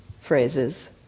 phrases